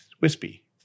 wispy